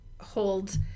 hold